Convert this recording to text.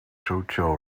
hotel